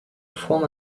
fon